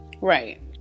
Right